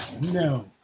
No